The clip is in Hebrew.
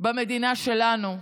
במדינה שלנו.